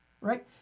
right